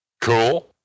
Cool